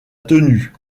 tenue